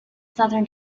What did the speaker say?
southern